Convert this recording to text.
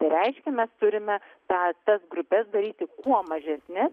tai reiškia mes turime tą tas grupes daryti kuo mažesnes